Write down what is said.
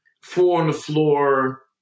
four-on-the-floor